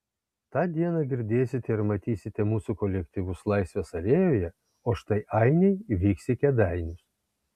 tą dieną girdėsite ir matysite mūsų kolektyvus laisvės alėjoje o štai ainiai vyks į kėdainius